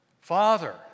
Father